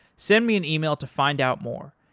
send me an ah e-mail to find out more,